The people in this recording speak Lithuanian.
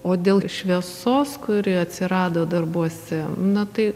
o dėl šviesos kuri atsirado darbuose na tai